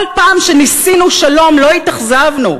כל פעם שניסינו שלום לא התאכזבנו.